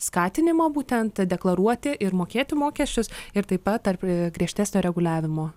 skatinimo būtent deklaruoti ir mokėti mokesčius ir taip pat tarp griežtesnio reguliavimo